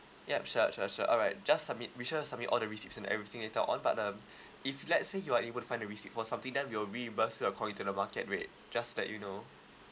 yup sure sure sure alright just submit make sure to submit all the receipts and everything later on but um if let's say you are able to find the receipts or something then we'll reimburse you according to the market rate just to let you know